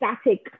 static